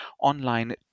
online